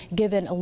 given